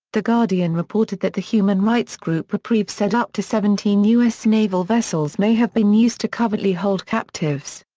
the guardian reported that the human rights group reprieve said up to seventeen us naval vessels may have been used to covertly hold captives.